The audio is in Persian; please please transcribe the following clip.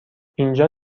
اینجا